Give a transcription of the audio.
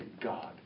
God